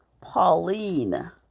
pauline